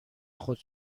خود